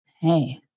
Hey